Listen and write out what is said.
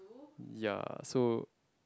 ya so